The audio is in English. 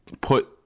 put